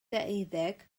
deuddeg